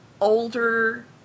older